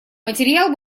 материал